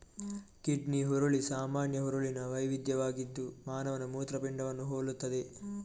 kidney ಹುರುಳಿ ಸಾಮಾನ್ಯ ಹುರುಳಿನ ವೈವಿಧ್ಯವಾಗಿದ್ದು ಮಾನವನ ಮೂತ್ರಪಿಂಡವನ್ನು ಹೋಲುತ್ತದೆ